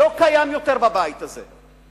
לא קיים יותר בבית הזה.